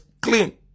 clean